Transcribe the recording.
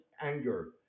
anger